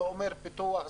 זה אומר פיתוח,